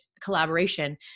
collaboration